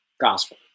gospel